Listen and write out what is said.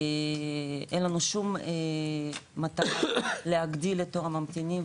אין לנו שום מטרה להגדיל את תור הממתינים,